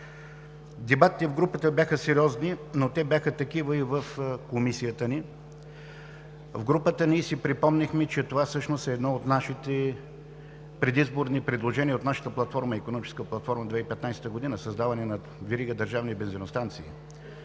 Дебатите в групата бяха сериозни, но те бяха такива и в комисията ни. В групата ние си припомнихме, че това всъщност е едно от предизборните предложения от нашата икономическа платформа 2015 г. – създаване на верига държавни бензиностанции,